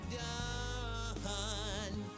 done